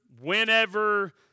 whenever